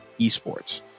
esports